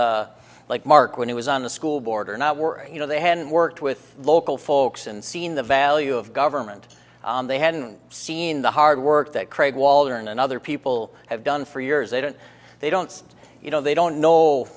like mark when it was on the school board or not were you know they hadn't worked with local folks and seen the value of government they hadn't seen the hard work that craig waldron and other people have done for years they don't they don't you know they don't know